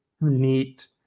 neat